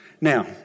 Now